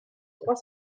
trois